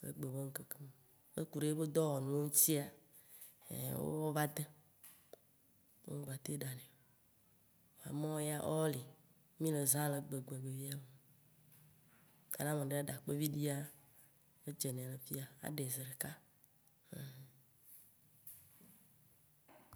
le egbe be nu ŋkeke me o. He kuɖe ye be dɔwɔnuwo ŋtia, ein wo va de, wom gba tem ɖa nɛ o. A mɔwo ya, awo le, mì le zã egbe egbe fia. Kpoa ne ameɖe dza ɖa kpeviɖia, edze nɛ le fiya aɖae zeɖeka.